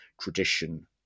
tradition